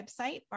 website